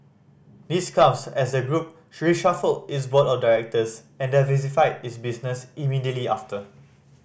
this comes as the group reshuffled its board of directors and diversified its business immediately after